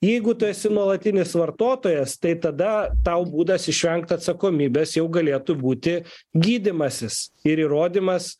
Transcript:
jeigu tu esi nuolatinis vartotojas tai tada tau būdas išvengt atsakomybės jau galėtų būti gydymasis ir įrodymas